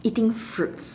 eating fruits